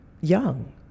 young